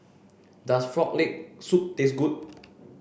does frog leg soup taste good